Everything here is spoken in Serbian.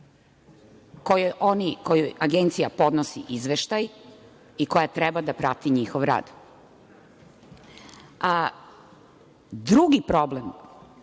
kojoj Agencija podnosi izveštaj i koja treba da prati njihov rad. Drugi problem